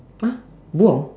!huh! beruang